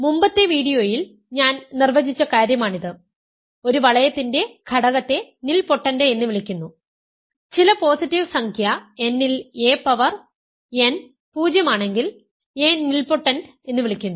മുമ്പത്തെ വീഡിയോയിൽ ഞാൻ നിർവചിച്ച കാര്യമാണിത് ഒരു വളയത്തിന്റെ ഘടകത്തെ നിൽപോട്ടൻറ് എന്ന് വിളിക്കുന്നു ചില പോസിറ്റീവ് സംഖ്യ n ൽ a പവർ n 0 ആണെങ്കിൽ a നിൽപോട്ടൻറ് എന്ന് വിളിക്കുന്നു